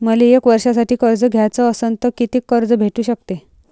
मले एक वर्षासाठी कर्ज घ्याचं असनं त कितीक कर्ज भेटू शकते?